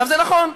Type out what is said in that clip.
זה נכון,